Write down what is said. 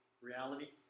reality